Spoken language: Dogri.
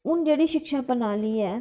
हून जेह्ड़ी शिक्षा प्रणाली ऐ